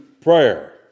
prayer